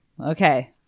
okay